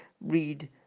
read